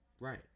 Right